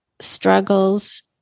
struggles